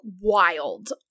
wild